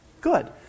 good